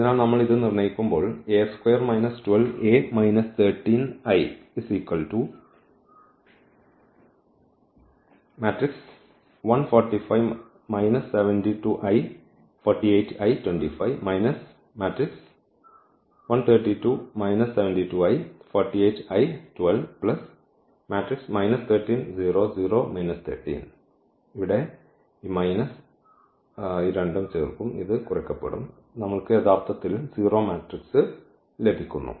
അതിനാൽ നമ്മൾ ഇത് നിർണ്ണയിക്കുമ്പോൾ ഇവിടെ ഈ മൈനസ് ഈ രണ്ടും ചേർക്കും ഇത് കുറയ്ക്കപ്പെടും നമ്മൾക്ക് യഥാർത്ഥത്തിൽ 0 മാട്രിക്സ് ലഭിക്കുന്നു